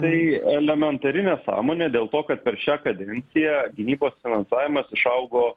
tai elementari nesąmonė dėl to kad per šią kadenciją gynybos finansavimas išaugo